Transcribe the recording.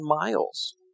miles